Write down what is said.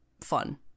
fun